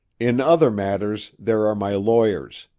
in other matters there are my lawyers.